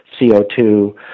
CO2